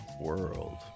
world